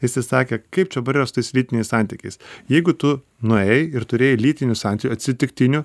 jisai sakė kaip čia dabar yra su tais lytiniais santykiais jeigu tu nuėjai ir turėjai lytinių santykių atsitiktinių